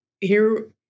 here-